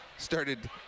Started